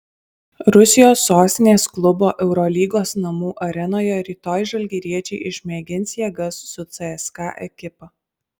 rusijos sostinės klubo eurolygos namų arenoje rytoj žalgiriečiai išmėgins jėgas su cska ekipa